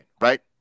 right